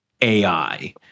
AI